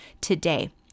today